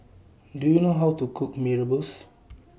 Do YOU know How to Cook Mee Rebus